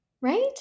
Right